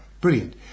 Brilliant